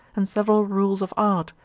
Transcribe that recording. and several rules of art,